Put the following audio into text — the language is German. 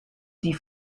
die